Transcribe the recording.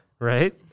Right